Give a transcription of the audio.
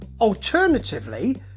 Alternatively